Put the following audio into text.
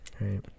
Right